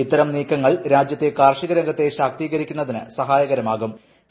ഇത്തരം നീക്കങ്ങൾ രാജ്യത്തെ കാർഷികരംഗത്തെ ശാക്തീകരിക്കുന്നതിന് സഹായകരമുാകും